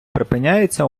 припиняється